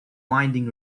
winding